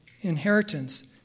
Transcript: inheritance